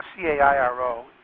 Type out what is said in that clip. C-A-I-R-O